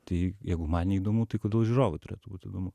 tai jeigu man neįdomu tai kodėl žiūrovui turėtų būt įdomu